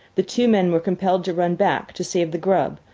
the two men were compelled to run back to save the grub,